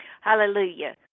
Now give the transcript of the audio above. Hallelujah